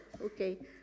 okay